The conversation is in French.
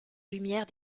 lumière